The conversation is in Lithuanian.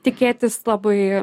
tikėtis labai